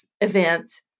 events